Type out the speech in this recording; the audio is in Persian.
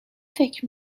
فکر